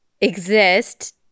exist